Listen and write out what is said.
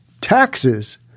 taxes